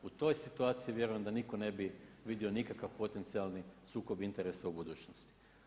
U toj situaciji vjerujem da nitko ne bi vidio nikakav potencijalni sukob interesa u budućnosti.